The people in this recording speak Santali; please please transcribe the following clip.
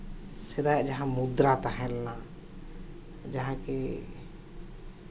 ᱥᱮᱫᱟᱭᱟᱜ ᱡᱟᱦᱟᱸ ᱢᱩᱫᱽᱨᱟ ᱛᱟᱦᱮᱸ ᱞᱮᱱᱟ ᱡᱟᱦᱟᱸ ᱠᱤ